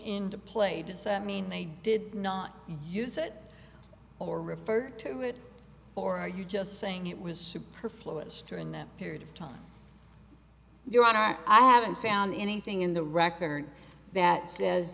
into play does that mean they did not use it or referred to it or are you just saying it was superfluous during the period of time your honor i haven't found anything in the record that says